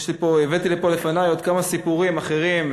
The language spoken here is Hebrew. הבאתי לפה עוד כמה סיפורים אחרים,